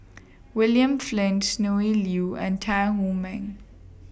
William Flint Sonny Liew and Tan Wu Meng